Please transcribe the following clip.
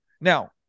Now